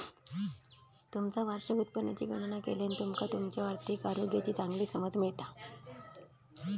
तुमचा वार्षिक उत्पन्नाची गणना केल्यान तुमका तुमच्यो आर्थिक आरोग्याची चांगली समज मिळता